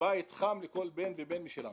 בית חם לכל בן ובן משלנו.